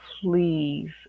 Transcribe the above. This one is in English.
please